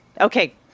Okay